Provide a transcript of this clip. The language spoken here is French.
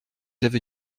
avez